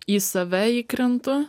į save įkrentu